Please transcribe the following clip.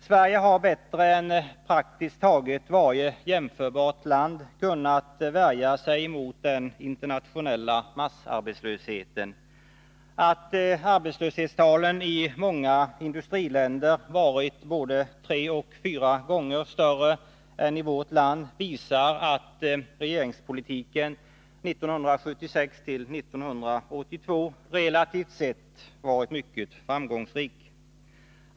Sverige har bättre än praktiskt taget varje jämförbart land kunnat värja sig mot den internationella massarbetslösheten. Att arbetslöshetstalen i många industriländer varit både tre och fyra gånger större än i vårt land visar att regeringspolitiken 1976-1982 relativt sett varit mycket framgångsrik.